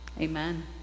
Amen